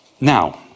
Now